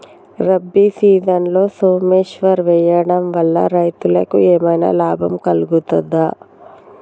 రబీ సీజన్లో సోమేశ్వర్ వేయడం వల్ల రైతులకు ఏమైనా లాభం కలుగుద్ద?